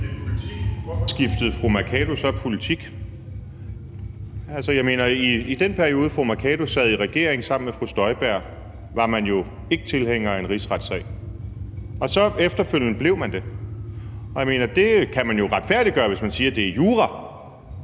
hvorfor skiftede fru Mai Mercado så politik? Altså, jeg mener, at i den periode, fru Mai Mercado sad i regering sammen med fru Inger Støjberg, var man jo ikke tilhænger af en rigsretssag – og så blev man det efterfølgende. Det kan man jo retfærdiggøre, hvis man siger, at det er jura,